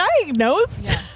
diagnosed